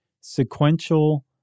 sequential